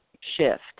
shift